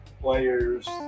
players